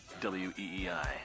W-E-E-I